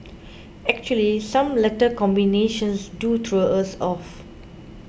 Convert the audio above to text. actually some letter combinations do throw us off